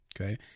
okay